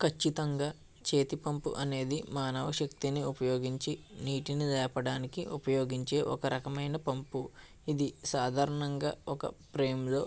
ఖచ్చితంగా చేతిపంపు అనేది మానవ శక్తిని ఉపయోగించి నీటిని లేపడానికి ఉపయోగించే ఒక రకమైన పంపు ఇది సాధారణంగా ఒక ఫ్రేమ్లో